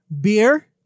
beer